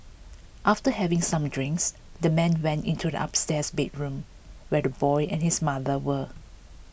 after having some drinks the man went into the upstairs bedroom where the boy and his mother were